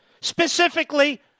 Specifically